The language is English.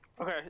Okay